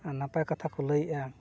ᱟᱨ ᱱᱟᱯᱟᱭ ᱠᱟᱛᱷᱟ ᱠᱚ ᱞᱟᱹᱭᱮᱫᱼᱟ